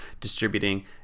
distributing